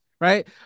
right